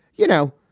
you know,